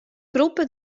gruppa